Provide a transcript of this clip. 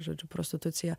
žodžiu prostitucija